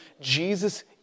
Jesus